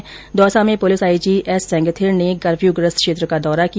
इधर दौसा में police IG S Sengathir ने कर्फ्यूग्रस्त क्षेत्र का दौरा किया